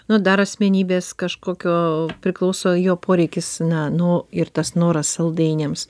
nu dar asmenybės kažkokio priklauso jo poreikis na nu ir tas noras saldainiams